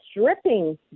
stripping